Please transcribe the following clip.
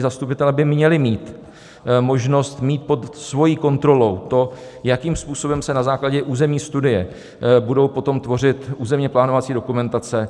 Zastupitelé by měli mít možnost mít pod svou kontrolou to, jakým způsobem se na základě územní studie budou potom tvořit územněplánovací dokumentace.